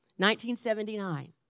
1979